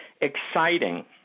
exciting